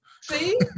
see